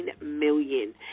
million